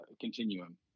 continuum